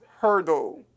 hurdle